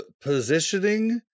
positioning